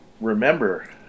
remember